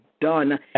done